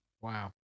Wow